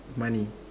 money